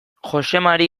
joxemari